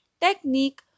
technique